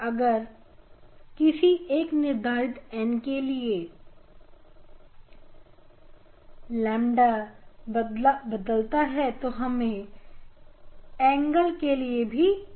अब अगर किसी एक निर्धारित n के लिए अगर लंबा बदलता है तो हमें एंगल में भी बदलाव मिलेगा